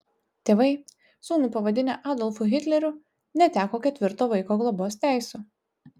tėvai sūnų pavadinę adolfu hitleriu neteko ketvirto vaiko globos teisių